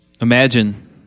Imagine